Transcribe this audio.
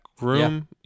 room